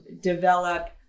develop